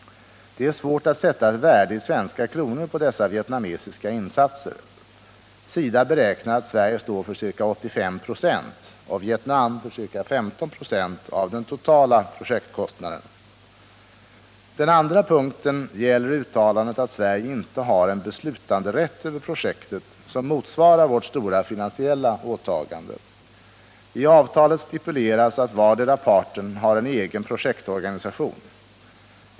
Det är svårt att sätta ett värde i svenska kronor på dessa vietnamesiska insatser. SIDA beräknar att Sverige står för ca 85 96 och Vietnam för ca 15 96 av den totala projektkostnaden. Den andra punkten gäller uttalandet att Sverige inte har en beslutanderätt över projektet som motsvarar vårt stora finansiella åtagande. I avtalet stipuleras att vardera parten har en egen projektorganisation.